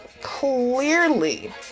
clearly